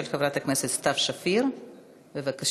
של חברת הכנסת סתיו שפיר בבקשה,